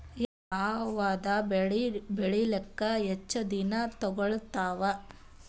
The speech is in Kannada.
ಯಾವದ ಬೆಳಿ ಬೇಳಿಲಾಕ ಹೆಚ್ಚ ದಿನಾ ತೋಗತ್ತಾವ?